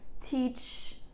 teach